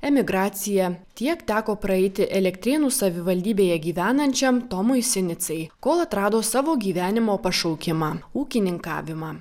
emigracija tiek teko praeiti elektrėnų savivaldybėje gyvenančiam tomui sinicai kol atrado savo gyvenimo pašaukimą ūkininkavimą